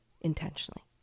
intentionally